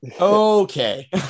Okay